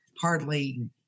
Hardly